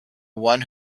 one